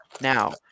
Now